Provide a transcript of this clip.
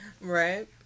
Right